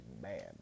man